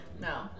No